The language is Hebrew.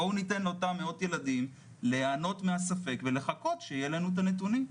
בואו ניתן לאותם מאות ילדים ליהנות מהספק ולחכות שיהיו לנו הנתונים.